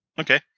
Okay